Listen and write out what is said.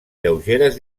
lleugeres